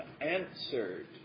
answered